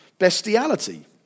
bestiality